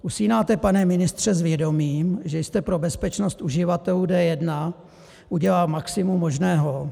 Usínáte, pane ministře, s vědomím, že jste pro bezpečnost uživatelů D1 udělal maximum možného?